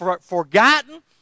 forgotten